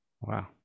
Wow